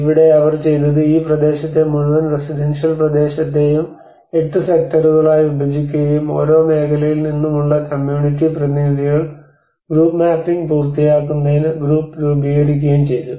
ഇവിടെ അവർ ചെയ്തത് ഈ പ്രദേശത്തെ മുഴുവൻ റെസിഡൻഷ്യൽ പ്രദേശത്തെയും 8 സെക്ടറുകളായി വിഭജിക്കുകയും ഓരോ മേഖലയിൽ നിന്നുമുള്ള കമ്മ്യൂണിറ്റി പ്രതിനിധികൾ ഗ്രൂപ്പ് മാപ്പിംഗ് പൂർത്തിയാക്കുന്നതിന് ഗ്രൂപ്പ് രൂപീകരിക്കുകയും ചെയ്തു